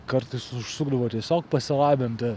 kartais užsukdavo tiesiog pasilabinti